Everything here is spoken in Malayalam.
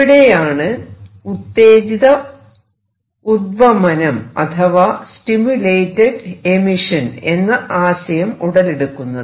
ഇവിടെയാണ് ഉത്തേജിത ഉദ്വമനം അഥവാ സ്റ്റിമുലേറ്റഡ് എമിഷൻ എന്ന ആശയം ഉടലെടുക്കുന്നത്